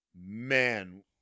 man